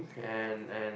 and and